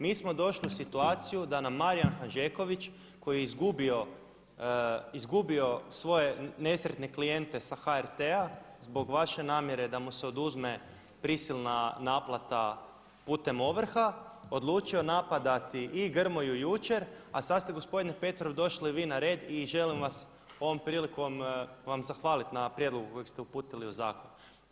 Mi smo došli u situaciju da nam Marijan Hanžeković koji je izgubio svoje nesretne klijente sa HRT-a zbog vaše namjere da mu se oduzme prisilna naplata putem ovrha, odlučio napadati i Grmoju jučer, a sada ste gospodine Petrov došli vi na red i želim vas ovom prilikom vam zahvaliti na prijedlogu kojeg ste uputili u zakon.